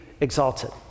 exalted